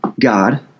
God